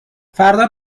فردا